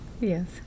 Yes